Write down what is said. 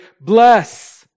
bless